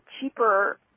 cheaper